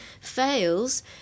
fails